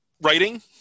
writing